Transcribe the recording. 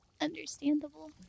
Understandable